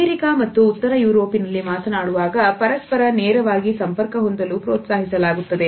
America ಮತ್ತು ಉತ್ತರ ಯುರೋಪಿನಲ್ಲಿ ಮಾತನಾಡುವಾಗ ಪರಸ್ಪರ ನೇರವಾಗಿ ಸಂಪರ್ಕ ಹೊಂದಲು ಪ್ರೋತ್ಸಾಹಿಸಲಾಗುತ್ತದೆ